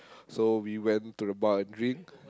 so we went to the bar and drink